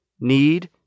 need